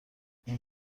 این